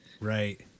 right